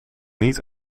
niet